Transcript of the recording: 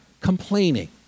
complaining